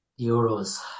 Euros